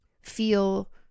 feel